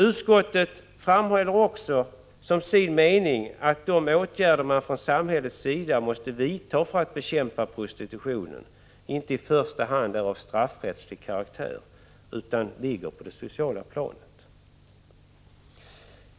Utskottet framhåller också som sin mening att de åtgärder man från samhällets sida måste vidta för att bekämpa prostitutionen inte i första hand är av straffrättslig karaktär utan ligger på det sociala planet.